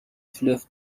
fleuve